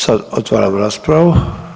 Sad otvaram raspravu.